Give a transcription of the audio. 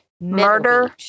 murder